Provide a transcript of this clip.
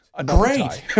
Great